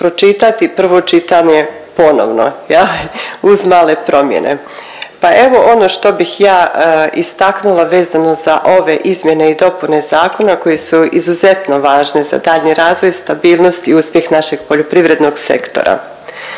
prvo čitanje ponovno je li uz male promjene. Pa evo ono što bih ja istaknula vezano za ove izmjene i dopune zakona koje su izuzetno važni za daljnji razvoj, stabilnost i uspjeh našeg poljoprivrednog sektora.